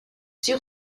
sur